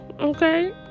okay